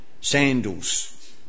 sandals